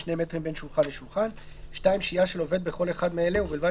מ-2 מטרים בין שולחן לשולחן; (2) שהייה של עובד בכל אחד מאלה ובלבד